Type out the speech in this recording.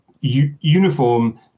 uniform